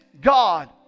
God